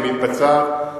והיא מתבצעת,